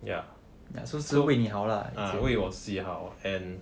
ya ah 为我自己好 and